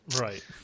Right